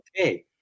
Okay